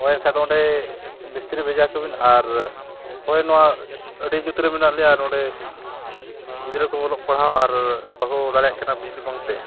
ᱦᱳᱭ ᱮᱱᱠᱷᱟᱱ ᱫᱚ ᱚᱸᱰᱮ ᱢᱤᱥᱛᱨᱤ ᱵᱷᱮᱡᱟ ᱠᱚᱵᱤᱱ ᱟᱨ ᱦᱳᱭ ᱱᱚᱣᱟ ᱟᱹᱰᱤ ᱧᱩᱛ ᱨᱮ ᱢᱮᱱᱟᱜ ᱞᱮᱭᱟ ᱟᱨ ᱱᱚᱰᱮ ᱜᱤᱫᱽᱨᱟᱹ ᱠᱚ ᱚᱞᱚᱜ ᱯᱟᱲᱦᱟᱣ ᱟᱨ ᱵᱟᱠᱚ ᱫᱟᱲᱮᱭᱟᱜ ᱠᱟᱱᱟ ᱵᱤᱡᱽᱞᱤ ᱵᱟᱝᱛᱮ